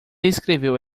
escreveu